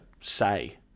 say